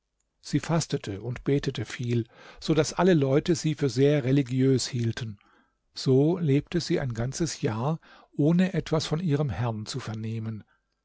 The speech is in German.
sie fastete und betete viel so daß alle leute sie für sehr religiös hielten so lebte sie ein ganzes jahr ohne etwas von ihrem herrn zu vernehmen